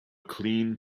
clean